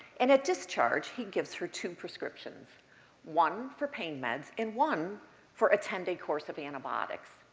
and at discharge, he gives her two prescriptions one for pain meds, and one for a ten day course of antibiotics,